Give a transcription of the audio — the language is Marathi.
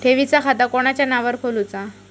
ठेवीचा खाता कोणाच्या नावार खोलूचा?